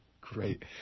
Great